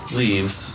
leaves